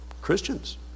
Christians